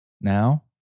Now